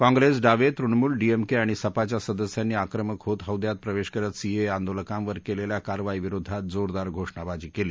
काँप्रेस डावे तृणमूल डीएमके आणि सपाच्या सदस्यांनी आक्रमक होत हौद्यात प्रवेश करत सीएए आंदोलकांवर केलेल्या कारवाईविरोधात जोरदार घोषणाबाजी केली